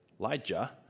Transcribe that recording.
Elijah